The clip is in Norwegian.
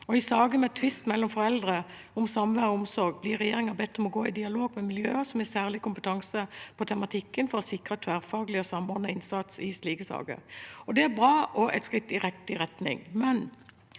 I saker med tvist mellom foreldre om samvær og omsorg blir regjeringen bedt om å gå i dialog med miljøer som har særlig kompetanse på tematikken, for å sikre tverrfaglig og samordnet innsats i slike saker. Det er bra og et skritt i riktig retning.